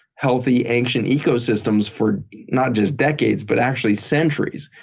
healthy, ancient ecosystems for not just decades but actually centuries.